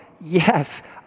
Yes